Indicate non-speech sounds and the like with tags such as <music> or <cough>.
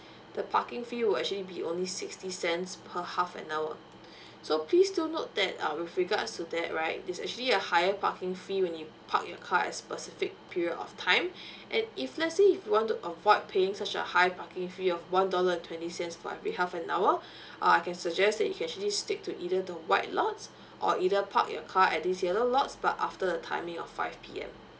the parking fee would actually be only sixty cents per half and hour so please do note that uh with regards to that right it's actually a higher parking fee when you park your car at specific period of time <breath> and if let's say if you want to avoid paying such a high parking fee of one dollar and twenty cents for every half and hour <breath> uh I can suggest that you can actually stick to either the white lots or either park your car at these yellow lots but after the timing of five P_M